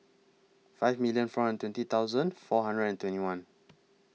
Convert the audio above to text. five millon four hundred twenty thousand four hundred and twenty one